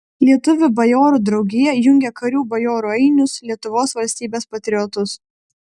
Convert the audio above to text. lietuvių bajorų draugija jungia karių bajorų ainius lietuvos valstybės patriotus